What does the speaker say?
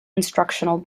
instructional